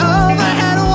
overhead